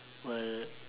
world